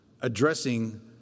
addressing